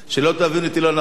שלא תבינו אותי לא נכון.